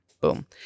Boom